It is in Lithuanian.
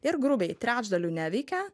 ir grubiai trečdaliui neveikia